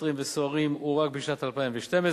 לשוטרים וסוהרים הוא רק בשנת 2012,